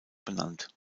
benannt